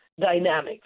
dynamics